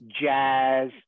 Jazz